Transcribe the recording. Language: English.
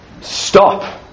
stop